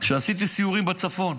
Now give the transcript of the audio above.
כשעשיתי סיורים בצפון,